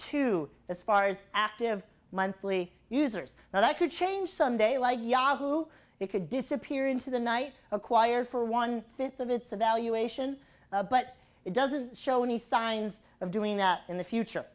two as far as active monthly users now that could change someday like yahoo it could disappear into the night acquired for one fifth of its evaluation but it doesn't show any signs of doing that in the future